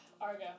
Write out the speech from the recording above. Argo